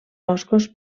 boscos